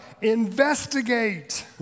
investigate